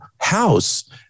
house